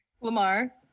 Lamar